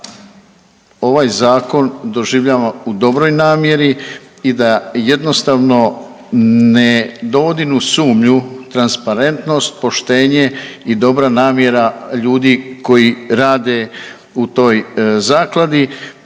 ovaj zakon doživljavamo u dobroj namjeri i da jednostavno ne dovodim u sumnju transparentnost, poštenje i dobra namjera ljudi koji rade u toj zakladi.